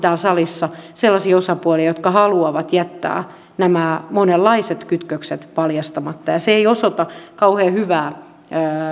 täällä salissa sellaisia osapuolia jotka haluavat jättää nämä monenlaiset kytkökset paljastamatta ja se ei osoita kauhean hyvää